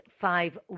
five